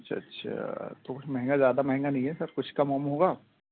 اچھا اچھا تو کچھ مہنگا زیادہ مہنگا نہیں ہے سر کچھ کم وم ہوگا